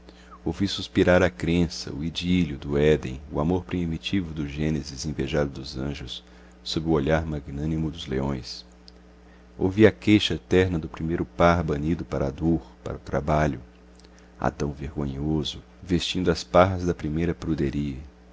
catedrais ouvi suspirar a crença o idílio do éden o amor primitivo do gênesis invejado dos anjos sob o olhar magnânimo dos leões ouvi a queixa terna do primeiro par banido para a dor para o trabalho adão vergonhoso vestindo as parras da primeira pruderie